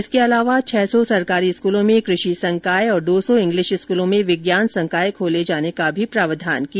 इसके अलावा छह सौ ॅसरकारी स्कूलों में कृषि संकाय और दो सौ इंग्लिश स्कूलों में विज्ञान संकाय खोले जाने का प्रावधान भी किया